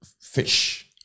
fish